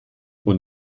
und